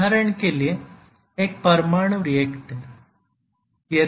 उदाहरण के लिए एक परमाणु रिएक्टर